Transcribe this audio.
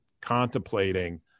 contemplating